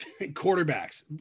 quarterbacks